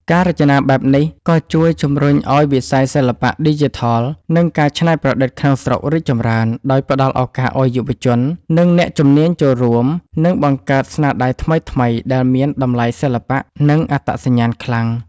ការរចនាបែបខ្មែរនេះក៏ជួយជំរុញឲ្យវិស័យសិល្បៈឌីជីថល និងការច្នៃប្រឌិតក្នុងស្រុករីកចម្រើន ដោយផ្ដល់ឱកាសឲ្យយុវជន និងអ្នកជំនាញចូលរួម និងបង្កើតស្នាដៃថ្មីៗដែលមានតម្លៃសិល្បៈ និងអត្តសញ្ញាណខ្លាំង។